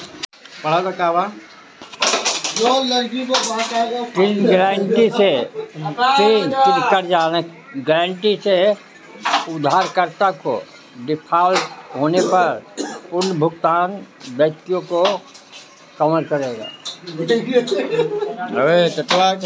ऋण गारंटी से उधारकर्ता के डिफ़ॉल्ट होने पर पुनर्भुगतान दायित्वों को कवर करेगा